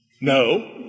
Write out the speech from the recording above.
No